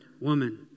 woman